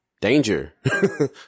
danger